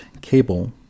Cable